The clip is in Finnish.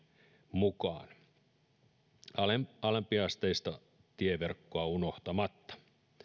mukaan alempiasteista tieverkkoa unohtamatta